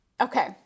Okay